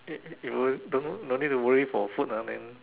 if if you don't don't need to worry for food ah then